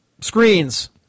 screens